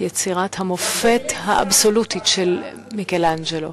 יצירת המופת האבסולוטית של מיכלאנג'לו.